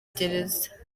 gereza